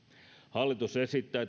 hallitus esittää